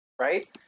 right